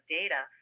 data